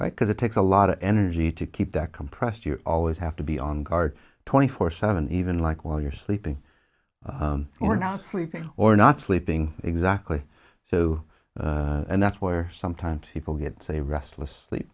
right because it takes a lot of energy to keep that compressed you always have to be on guard twenty four seven even like while you're sleeping or not sleeping or not sleeping exactly so and that's where sometimes people get a restless sleep